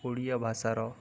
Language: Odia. ଓଡ଼ିଆ ଭାଷାର